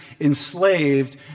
enslaved